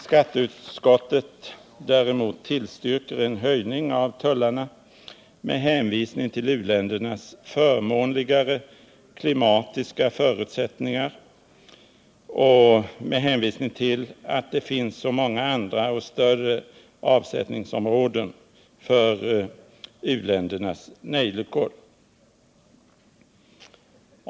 Skatteutskottet däremot tillstyrker en höjning av tullarna med hänvisning till u-ländernas förmånligare klimatiska förutsättningar och till att det finns så många andra och större avsättningsområden för u-ländernas nejlikor.